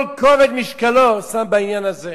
כל כובד משקלו שם בעניין הזה.